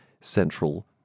Central